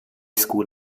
school